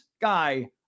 guy